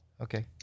Okay